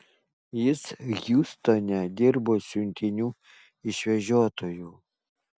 jis hjustone dirbo siuntinių išvežiotoju